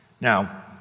Now